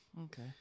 okay